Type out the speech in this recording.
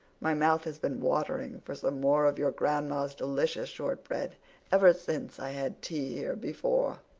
my mouth has been watering for some more of your grandma's delicious shortbread ever since i had tea here before.